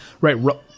right